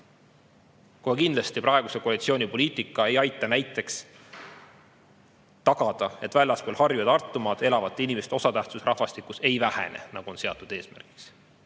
Kohe kindlasti praeguse koalitsiooni poliitika ei aita näiteks tagada, et väljaspool Harju- ja Tartumaad elavate inimeste osatähtsus rahvastikus ei vähene, nagu on seatud eesmärgiks.